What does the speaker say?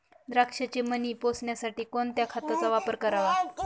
द्राक्षाचे मणी पोसण्यासाठी कोणत्या खताचा वापर करावा?